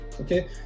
okay